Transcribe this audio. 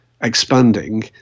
expanding